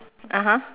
(uh huh)